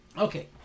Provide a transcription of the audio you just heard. Okay